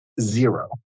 zero